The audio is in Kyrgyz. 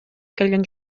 келген